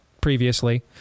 previously